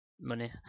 money